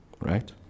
right